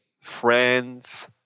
friends